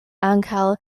ankaŭ